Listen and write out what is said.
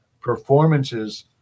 performances